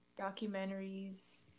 documentaries